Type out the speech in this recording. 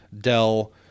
Dell